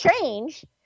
change